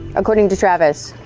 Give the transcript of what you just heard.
according to travis,